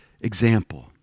example